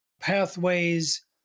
pathways